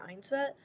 mindset